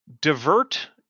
Divert